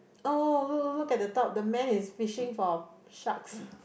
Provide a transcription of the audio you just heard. oh look look look at the top the man is fishing for a shark